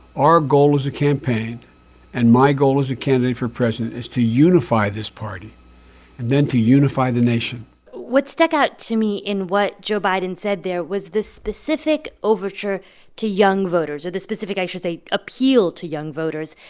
our goal as a campaign and my goal as a candidate for president is to unify this party and then to unify the nation what stuck out to me in what joe biden said there was this specific overture to young voters or the specific, i should say, appeal to young voters.